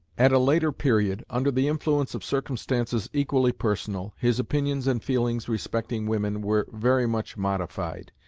at a later period, under the influence of circumstances equally personal, his opinions and feelings respecting women were very much modified,